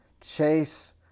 Chase